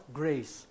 grace